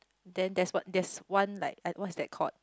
then there's what there's one like I what is that called